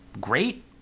great